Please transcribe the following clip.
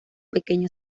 pequeño